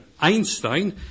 Einstein